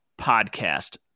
podcast